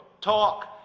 Talk